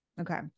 Okay